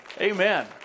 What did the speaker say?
Amen